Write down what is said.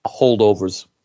Holdovers